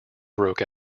broke